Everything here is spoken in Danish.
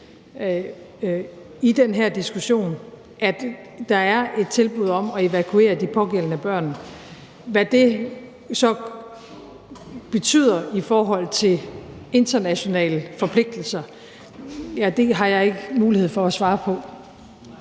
i den her diskussion, at der er et tilbud om at evakuere de pågældende børn. Hvad det så betyder i forhold til internationale forpligtelser, har jeg ikke mulighed for at svare på.